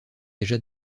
déjà